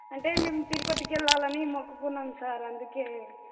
అంటే మేము తిరుపతికి వెళ్ళాలని మొక్కుకున్నాము సార్ అందుకని